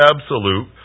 absolute